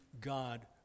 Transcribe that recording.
God